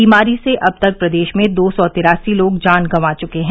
बीमारी से अब तक प्रदेश में दो सौ तिरासी लोग जान गंवा चुके हैं